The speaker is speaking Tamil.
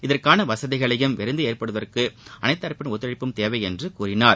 இதற்கான வசதிகளையும் விரைந்து ஏற்படுத்துவதற்கு அனைத்து தரப்பினரின் ஒத்துழைப்பும் தேவை என்றும் கூறினார்